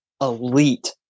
elite